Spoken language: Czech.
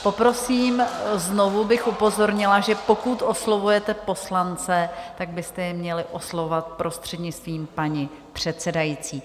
Poprosím znovu bych upozornila, pokud oslovujete poslance, tak byste je měli oslovovat prostřednictvím paní předsedající.